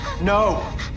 no